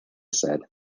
said